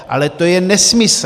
Ale to je nesmysl!